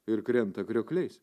ir krenta kriokliais